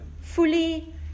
Fully